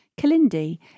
Kalindi